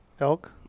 elk